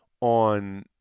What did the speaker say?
on